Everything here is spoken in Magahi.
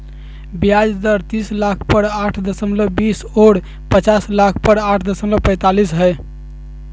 ब्याज दर तीस लाख पर आठ दशमलब बीस और पचास लाख पर आठ दशमलब पैतालीस हइ